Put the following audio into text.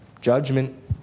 Judgment